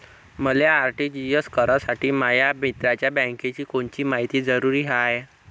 मले आर.टी.जी.एस करासाठी माया मित्राच्या बँकेची कोनची मायती जरुरी हाय?